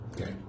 Okay